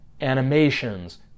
animations